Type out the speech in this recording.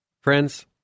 Friends